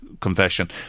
confession